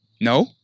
No